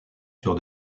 sur